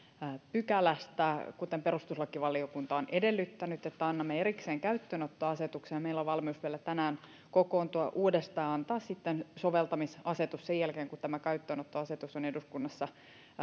pykälästä kuten perustuslakivaliokunta on edellyttänyt että annamme erikseen käyttöönottoasetuksen meillä on valmius vielä tänään kokoontua uudestaan ja antaa sitten soveltamisasetus sen jälkeen kun tämä käyttöönottoasetus on eduskunnassa